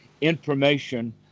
information